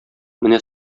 менә